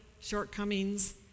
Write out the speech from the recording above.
shortcomings